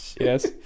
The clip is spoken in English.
Yes